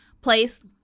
place